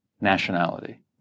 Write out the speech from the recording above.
nationality